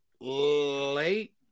Late